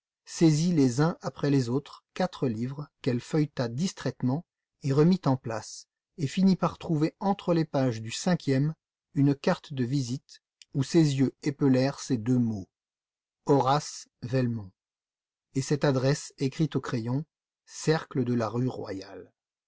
saisit les uns après les autres quatre livres qu'elle feuilleta distraitement et remit en place et finit par trouver entre les pages du cinquième une carte de visite où ses yeux épelèrent ces deux mots horace velmont et cette adresse écrite au crayon cercle de la rue royale